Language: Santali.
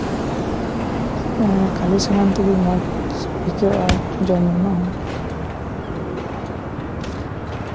ᱠᱷᱟᱹᱞᱤ ᱥᱩᱱᱩᱢ ᱛᱮᱜᱮ ᱢᱚᱡᱽ ᱟᱹᱭᱠᱟᱹᱣᱚᱜᱼᱟ ᱡᱚᱢ ᱨᱮᱱᱟᱜ ᱦᱚᱸ